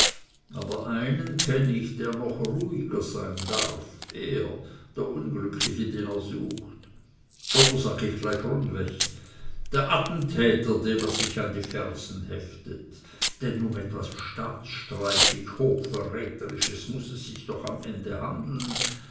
aber einen kenn ich der noch ruhiger sein darf er der unglückliche den er sucht oder sag ich gleich rundweg der attentäter dem er sich an die fersen heftet denn um etwas staatsstreichlich hochverräterisches muß es sich doch am ende handeln